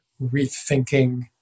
rethinking